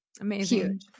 Amazing